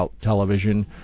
television